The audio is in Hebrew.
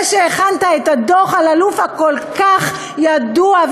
זה שהכין את דוח אלאלוף הכל-כך ידוע,